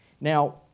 Now